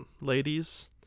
ladies